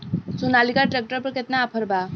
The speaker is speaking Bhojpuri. सोनालीका ट्रैक्टर पर केतना ऑफर बा?